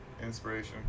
inspiration